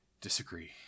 disagree